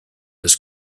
his